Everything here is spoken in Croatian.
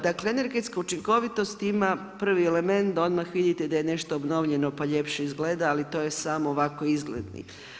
Dakle energetska učinkovitost ima prvi element da odmah vidite da je nešto obnovljene pa ljepše izgleda, ali to je samo ovako izgled.